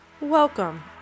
Welcome